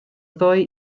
ddoe